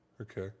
Okay